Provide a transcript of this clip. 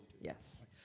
Yes